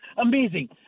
amazing